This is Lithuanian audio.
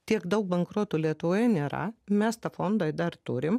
tiek daug bankrotų lietuvoje nėra mes tą fondą dar turim